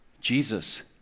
Jesus